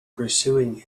pursuing